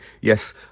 Yes